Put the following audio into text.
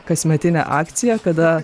kasmetinė akcija kada